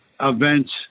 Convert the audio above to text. events